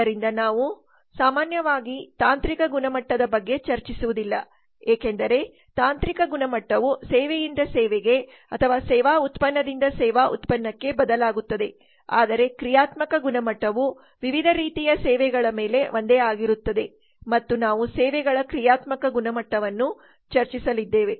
ಆದ್ದರಿಂದ ನಾವು ಸಾಮಾನ್ಯವಾಗಿ ತಾಂತ್ರಿಕ ಗುಣಮಟ್ಟದ ಬಗ್ಗೆ ಚರ್ಚಿಸುವುದಿಲ್ಲ ಏಕೆಂದರೆ ತಾಂತ್ರಿಕ ಗುಣಮಟ್ಟವು ಸೇವೆಯಿಂದ ಸೇವೆಗೆ ಅಥವಾ ಸೇವಾ ಉತ್ಪನ್ನದಿಂದ ಸೇವಾ ಉತ್ಪನ್ನಕ್ಕೆ ಬದಲಾಗುತ್ತದೆ ಆದರೆ ಕ್ರಿಯಾತ್ಮಕ ಗುಣಮಟ್ಟವು ವಿವಿಧ ರೀತಿಯ ಸೇವೆಗಳ ಮೇಲೆ ಒಂದೇ ಆಗಿರುತ್ತದೆ ಮತ್ತು ನಾವು ಸೇವೆಗಳ ಕ್ರಿಯಾತ್ಮಕ ಗುಣಮಟ್ಟವನ್ನು ಚರ್ಚಿಸಲಿದ್ದೇವೆ